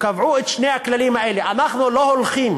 קבעו את שני הכללים האלה: אנחנו לא הולכים